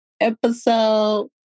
episode